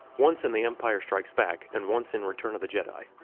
once in the empire strikes back and once in return of the jedi.